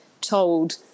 told